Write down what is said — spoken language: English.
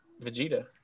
Vegeta